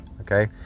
okay